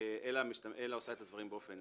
אלא עושה את הדברים באופן